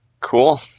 Cool